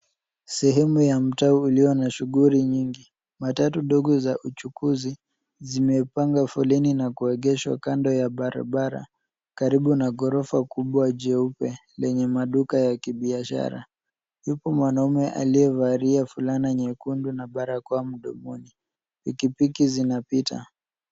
Sehemu ya mtaa ulio na shughuli nyingi . Matatu dogo za uchukuzi zimepanga foleni na kuegeshwa kando ya barabara karibu na ghorofa kubwa jeupe lenye maduka ya kibiashara. Yupo mwanaume aliyevalia fulana nyekundu na barakoa mdomoni . Pikipiki zinapita.